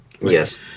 Yes